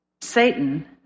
Satan